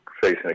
facing